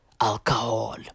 alcohol